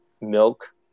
milk